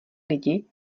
lidi